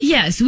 Yes